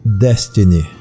destiny